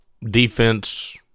defense